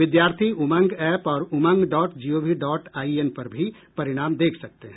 विद्यार्थी उमंग ऐप और Umang dot G O V dot I N पर भी परिणाम देख सकते हैं